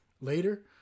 later